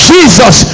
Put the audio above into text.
Jesus